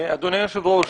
אדוני היושב-ראש,